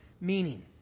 meaning